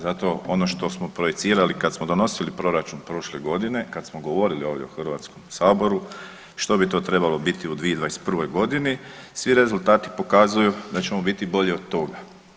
Zato ono što smo projicirali kad smo donosili proračun prošle godine, kad smo govorili ovdje u HS-u, što bi to trebalo biti u 2021. g., svi rezultati pokazuju da ćemo biti bolji od toga.